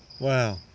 Wow